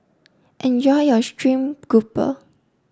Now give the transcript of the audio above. enjoy your steamed grouper